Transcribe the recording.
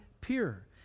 pure